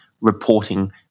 reporting